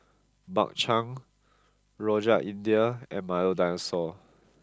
Bak Chang Rojak India and Milo Dinosaur